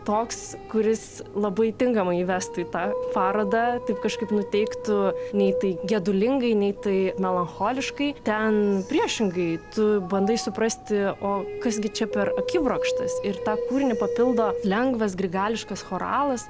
toks kuris labai tinkamai įvestų į tą parodą taip kažkaip nuteiktų nei tai gedulingai nei tai melancholiškai ten priešingai tu bandai suprasti o kas gi čia per akibrokštas ir tą kūrinį papildo lengvas grigališkas choralas